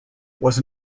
was